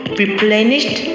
replenished